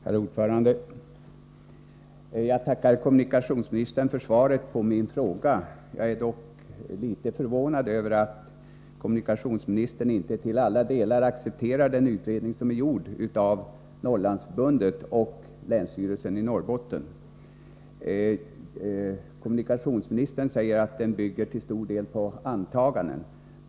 Herr talman! Jag tackar kommunikationsministern för svaret på min fråga. Jag är dock litet förvånad över att kommunikationsministern inte till alla delar accepterar den utredning som är gjord av Norrlandsförbundet och länsstyrelsen i Norrbotten. Kommunikationsministern säger att utredningen till stor del bygger på antaganden.